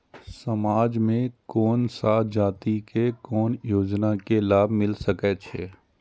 समाज में कोन सा जाति के कोन योजना के लाभ मिल सके छै?